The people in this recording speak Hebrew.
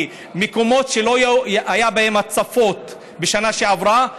כי מקומות שלא היו בהם הצפות בשנה שעברה,